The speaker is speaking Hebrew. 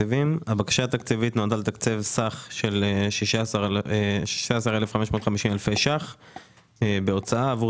הבקשה התקציבית נועדה לתקצב סך של 16,550 אלפי ₪ בהוצאה עבור